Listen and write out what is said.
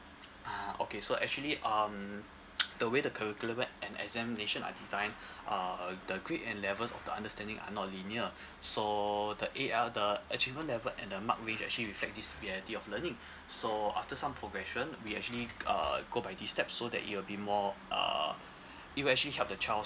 ah okay so actually um the way the curriculum map and examination are design uh the grade and levels of the understanding are not linear so the A_L the achievement level and the mark range actually reflect this pace of learning so after some progression we actually uh go by these steps so that it will be more uh it will actually help the child